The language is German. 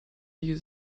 die